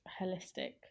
holistic